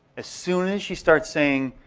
as soon as she starts saying,